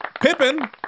Pippin